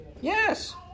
Yes